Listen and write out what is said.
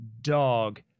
dog